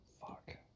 Fuck